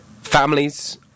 families